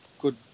good